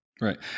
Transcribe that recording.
Right